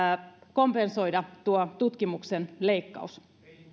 kompensoida tuo tutkimuksen leikkaus